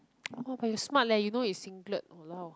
!wah! but you smart leh you know is singlet !walao!